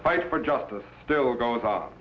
fight for justice still goes up